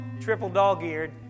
triple-dog-eared